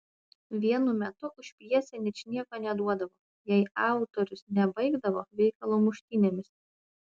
vienu metu už pjesę ničnieko neduodavo jei autorius nebaigdavo veikalo muštynėmis